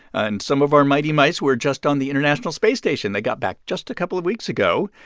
and some of our mighty mice were just on the international space station. they got back just a couple of weeks ago.